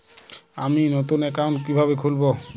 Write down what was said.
আমি নতুন অ্যাকাউন্ট কিভাবে খুলব?